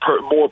more